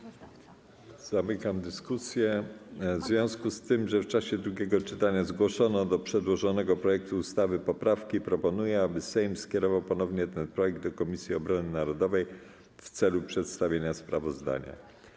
W związku z tym, że w czasie drugiego czytania zgłoszono do przedłożonego projektu ustawy poprawki, proponuję, aby Sejm skierował ponownie ten projekt do Komisji Obrony Narodowej w celu przedstawienia sprawozdania.